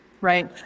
Right